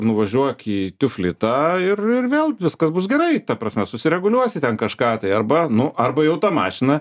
nuvažiuok į tuvlitą ir ir vėl viskas bus gerai ta prasme susireguliuosi ten kažką tai arba nu arba jau ta mašina